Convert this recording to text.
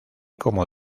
como